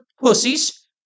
pussies